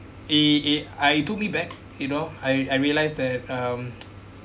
it it uh it took me back you know I I realise that um